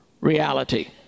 reality